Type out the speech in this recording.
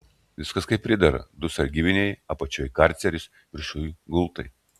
viskas kaip pridera du sargybiniai apačioje karceris viršuj gultai